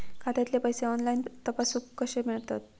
खात्यातले पैसे ऑनलाइन तपासुक कशे मेलतत?